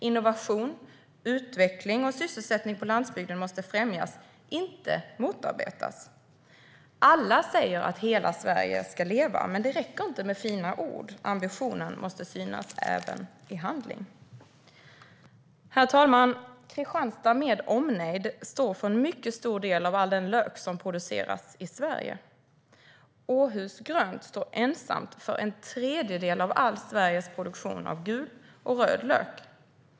Innovation, utveckling och sysselsättning på landsbygden måste främjas, inte motarbetas. Alla säger att hela Sverige ska leva, men det räcker inte med fina ord. Ambitionen måste synas även i handling. Herr talman! Kristianstad med omnejd står för en mycket stor del av all den lök som produceras i Sverige. Åhus Grönt står ensamt för en tredjedel av all Sveriges produktion av gul och röd lök.